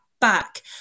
back